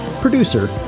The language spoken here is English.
producer